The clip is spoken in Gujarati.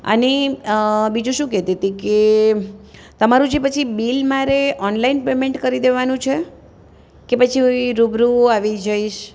અને બીજું શું કહેતી તી કે તમારું જે પછી બિલ મારે ઓનલાઈન પેમેન્ટ કરી દેવાનું છે કે પછી હું એ રૂબરૂ આવી જઈશ